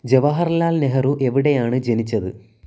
ജവഹർലാൽ നെഹ്റു എവിടെയാണ് ജനിച്ചത്